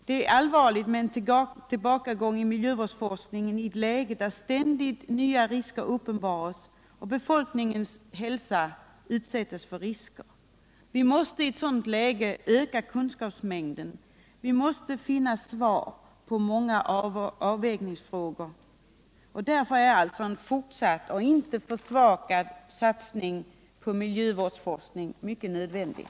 Det är allvarligt med en tillbakagång i miljövårdsforskningen i ett läge där ständigt nya risker uppenbaras och befolkningens hälsa utsätts för fara. I ett sådant läge måste vi öka kunskapsmängden. Vi måste finna svar på många avvägningsfrågor. Därför är en fortsatt och inte en försvagad satsning på miljövårdsforskning nödvändig.